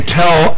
tell